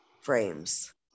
frames